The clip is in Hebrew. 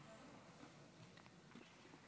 כן,